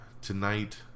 Tonight